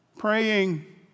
Praying